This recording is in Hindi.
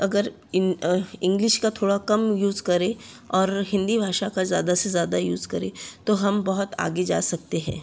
अगर इंग्लिश का थोड़ा कम यूज़ करें और हिंदी भाषा का ज़्यादा से ज़्यादा यूज़ करें तो हम बहुत आगे जा सकते हैं